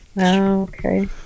Okay